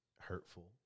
hurtful